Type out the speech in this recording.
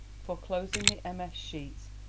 for, closing the ms. sheets,